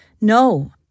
No